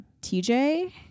TJ